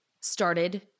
started